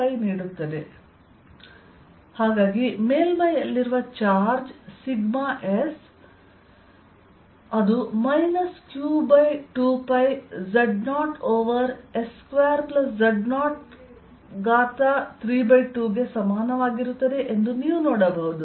ಆದ್ದರಿಂದ ಮೇಲ್ಮೈಯಲ್ಲಿರುವ charge s minus q2π z0 over s2z032ಗೆ ಸಮಾನವಾಗಿರುತ್ತದೆ ಎಂದು ನೀವು ನೋಡಬಹುದು